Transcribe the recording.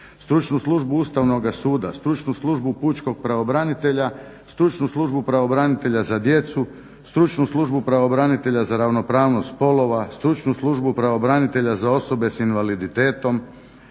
stručnu službu Ustavnoga suda, stručnu službu Pučkog pravobranitelja, stručnu službu pravobranitelja za djecu, stručnu službu pravobranitelja za ravnopravnost spolova, stručnu službu pravobranitelja za osobe s invaliditetom,